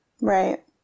Right